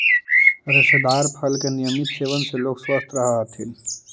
रेशेदार फल के नियमित सेवन से लोग स्वस्थ रहऽ हथी